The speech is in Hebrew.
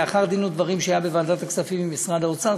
לאחר דין ודברים בוועדת הכספים עם משרד האוצר,